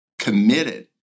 committed